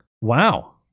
Wow